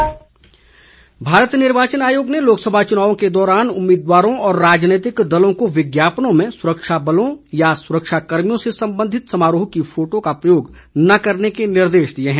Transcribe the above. निर्वाचन आयोग भारत निर्वाचन आयोग ने लोकसभा चुनाव के दौरान उम्मीदवारों और राजनीतिक दलों को विज्ञापनों में सुरक्षाबलों या सुरक्षा कर्मियों से संबंधित समारोह की फोटो का प्रयोग न करने के निर्देश दिए है